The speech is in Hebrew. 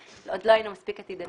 עוד לא היינו מספיק עתידניים.